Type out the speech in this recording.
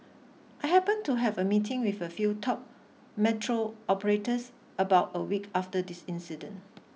I happened to have a meeting with a few top metro operators about a week after this incident